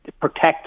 protect